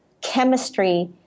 chemistry